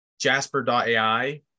Jasper.ai